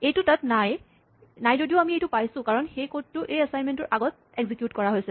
এইটো তাত নাই যদিও আমি এইটো পাইছো কাৰণ সেই কডটো এই এচাইনমেন্টটোৰ আগত এক্সিকিউট কৰা হৈছে